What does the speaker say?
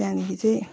त्यहाँदेखि चाहिँ